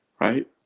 Right